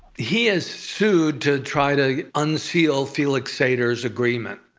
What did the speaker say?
he has sued to try to unseal felix sater's agreement,